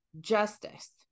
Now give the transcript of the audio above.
justice